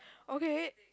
okay